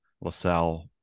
LaSalle